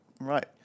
right